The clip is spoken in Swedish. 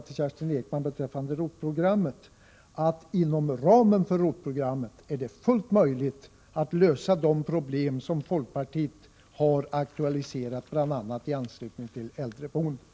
Till Kerstin Ekman vill jag säga att det inom ramen för ROT-programmet är fullt möjligt att lösa de problem som folkpartiet har aktualiserat bl.a. i anslutning till äldreboendet.